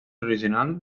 original